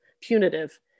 punitive